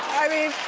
i mean,